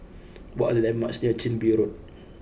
what are the landmarks near Chin Bee Road